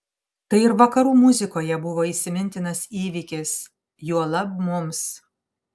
tai ir vakarų muzikoje buvo įsimintinas įvykis juolab mums